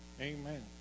Amen